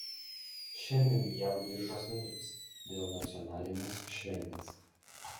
šiandien jav biržos nedirbs dėl nacionalinės šventės